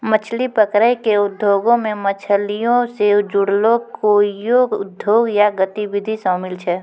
मछली पकरै के उद्योगो मे मछलीयो से जुड़लो कोइयो उद्योग या गतिविधि शामिल छै